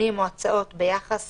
תיקונים או הצעות ביחס